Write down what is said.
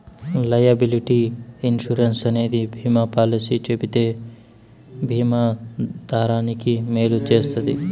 liability insurance అనేది బీమా policy చెబితే బీమా దారానికి మేలు చేస్తది